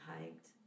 hiked